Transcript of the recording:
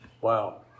Wow